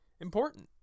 important